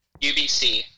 UBC